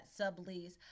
sublease